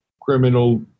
criminal